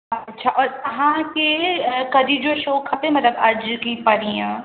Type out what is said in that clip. अच्छा और तव्हांखे कॾहिं जो शो खपे मतिलब अॼु की परीहं